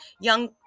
young